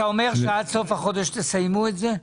אתה אומר שעד סוף החודש תסיימו את זה?